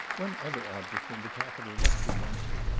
one other object in the capitol must be mentioned,